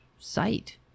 site